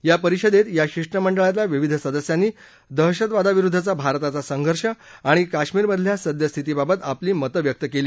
या परिषदेत या शिष्टमंडळाल्या विविध सदस्यांनी दहशतवादाविरुद्धचा भारताचा संघर्ष आणि कश्मीरमधल्या सद्यस्थितीबाबत आपली मतं व्यक्त केली